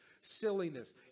silliness